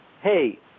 hey